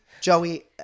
Joey